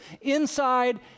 inside